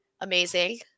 amazing